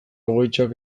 egoitzak